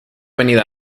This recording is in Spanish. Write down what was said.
venida